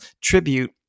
tribute